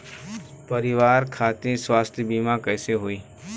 परिवार खातिर स्वास्थ्य बीमा कैसे होई?